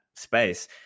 Space